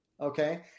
Okay